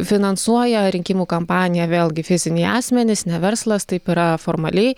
finansuoja rinkimų kampaniją vėlgi fiziniai asmenys ne verslas taip yra formaliai